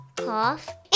cough